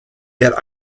der